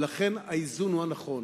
ולכן, האיזון הוא הנכון.